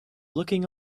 looking